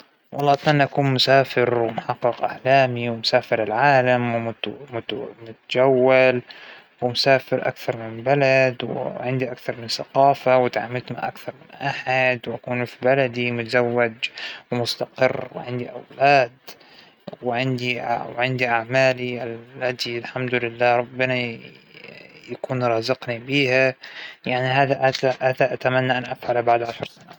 لأ ال- ما تظاهرت إنى إنى ما بعرف شخص منشان ما أحاكيه، إنه أنا ما أحب الكذب أنا لو فى شخص مأبى أتحدث معه خلاص، أنا بتجنبه بهدوء تام، لكن ما يعجبنى أمثل إنى مو بشايفته وهاذى الشغلات، أنا الحمد لله علاقاتى بالناس مو قائمة على الإزعاج أو أى شى، فما أظن إنى راح أتحط بهذا الموقف.